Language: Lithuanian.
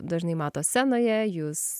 dažnai mato scenoje jus